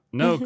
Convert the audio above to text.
no